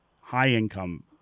high-income